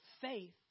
faith